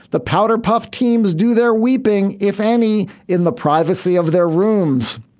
the powder puff teams do their weeping if any in the privacy of their rooms.